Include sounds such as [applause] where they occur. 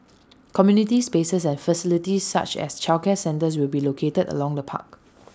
community spaces and facilities such as childcare centres will be located along the park [noise]